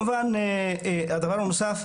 הדבר הנוסף,